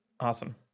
awesome